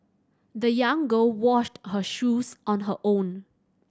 the young girl washed her shoes on her own